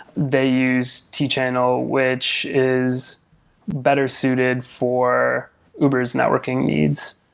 they use t channel, which is better suited for uber s networking needs.